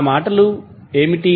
ఆ మాటలు ఏమిటి